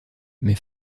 mais